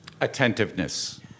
Attentiveness